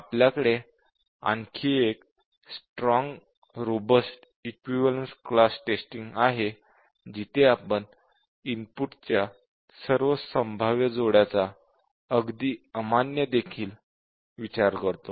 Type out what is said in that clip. आपल्याकडे आणखी एक strong robust equivalence class testing आहे जिथे आपण इनपुटच्या सर्व संभाव्य जोड्यांचा अगदी अमान्य देखील विचार करतो